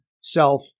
self